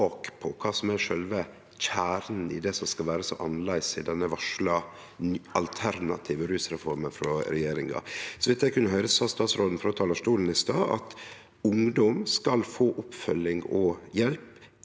tak på kva som er sjølve kjernen i det som skal vere så annleis i denne varsla alternative rusreforma frå regjeringa. Så vidt eg kunne høyre, sa statsråden frå talarstolen i stad at ungdom skal få oppfølging og hjelp,